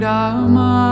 Rama